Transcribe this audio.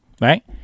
right